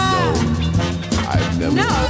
no